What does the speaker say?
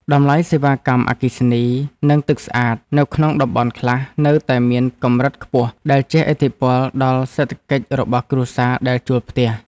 តម្លៃសេវាកម្មអគ្គិសនី និងទឹកស្អាតនៅក្នុងតំបន់ខ្លះនៅតែមានកម្រិតខ្ពស់ដែលជះឥទ្ធិពលដល់សេដ្ឋកិច្ចរបស់គ្រួសារដែលជួលផ្ទះ។